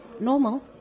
normal